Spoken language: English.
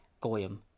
goyim